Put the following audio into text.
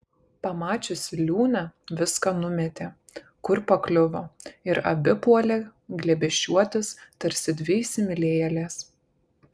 pamačiusi liūnę viską numetė kur pakliuvo ir abi puolė glėbesčiuotis tarsi dvi įsimylėjėlės